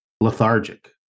lethargic